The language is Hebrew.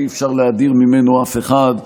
ואי-אפשר להדיר ממנו אף אחד,